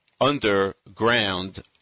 underground